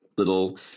Little